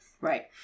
Right